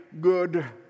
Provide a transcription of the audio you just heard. good